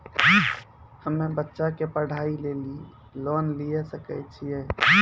हम्मे बच्चा के पढ़ाई लेली लोन लिये सकय छियै?